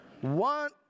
One